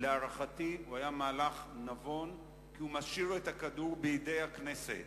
את הדיון כמי שמבקש להעיר לחברי הכנסת